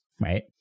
right